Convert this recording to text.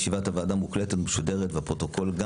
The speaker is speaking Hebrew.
ישיבת הוועדה מוקלטת ומשודרת והפרוטוקול גם